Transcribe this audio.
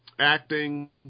acting